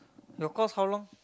the course how long